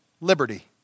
liberty